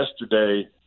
yesterday